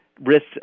risks